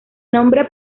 nombre